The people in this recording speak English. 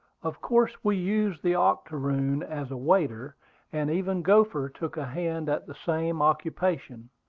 of course we used the octoroon as a waiter and even gopher took a hand at the same occupation,